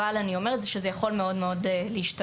אבל אני אומרת שזה יכול מאוד מאוד להשתנות.